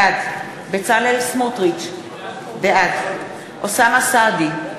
בעד בצלאל סמוטריץ, בעד אוסאמה סעדי,